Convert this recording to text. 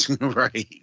Right